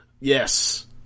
Yes